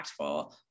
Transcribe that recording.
impactful